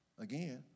again